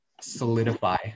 solidify